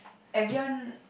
everyone